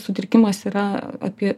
sutrikimas yra apie